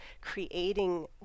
creating